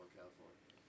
California